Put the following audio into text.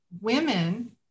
women